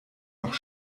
noch